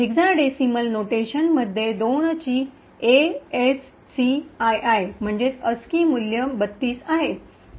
hexadecimal notation मध्ये २ ची ASCII मूल्य ३२ आहे